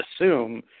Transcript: assume